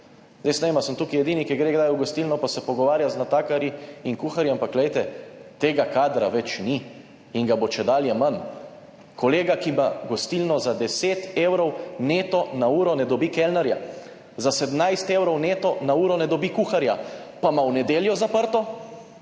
ali sem tukaj edini, ki gre kdaj v gostilno pa se pogovarja z natakarji in kuharji, ampak glejte, tega kadra več ni in ga bo čedalje manj. Kolega, ki ima gostilno, za 10 evrov neto na uro ne dobi kelnarja, za 17 evrov neto na uro ne dobi kuharja, pa ima v nedeljo zaprto